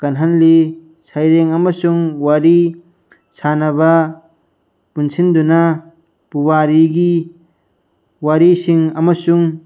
ꯀꯜꯍꯜꯂꯤ ꯁꯩꯔꯦꯡ ꯑꯃꯁꯨꯡ ꯋꯥꯔꯤ ꯁꯥꯟꯅꯕ ꯄꯨꯟꯁꯤꯟꯗꯨꯅ ꯄꯨꯋꯥꯔꯤꯒꯤ ꯋꯥꯔꯤꯁꯤꯡ ꯑꯃꯁꯨꯡ